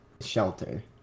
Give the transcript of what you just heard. shelter